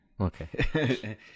Okay